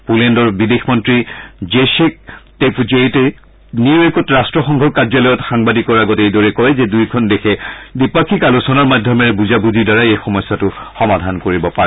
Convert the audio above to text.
পোলেন্দৰ বিদেশ মন্ত্ৰী Jacek Czaputowicz নিউয়ৰ্কত ৰাট্টসংঘৰ কাৰ্যালয়ত সাংবাদিকৰ আগত এইদৰে কয় যে দুয়োখন দেশে দ্বিপাক্ষিক আলোচনাৰ মাধ্যমেৰে বুজাবুজিৰ দ্বাৰা এই সমস্যাটো সমাধান কৰিব পাৰে